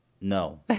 No